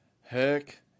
heck